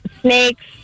Snakes